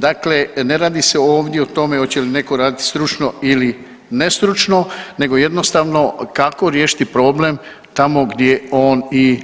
Dakle, ne radi se ovdje o tome oće li neko raditi stručno ili ne stručno nego jednostavno kako riješiti problem tamo gdje on i